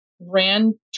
ran